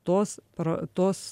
tos pro tos